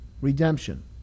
redemption